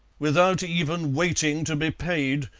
without even waiting to be paid,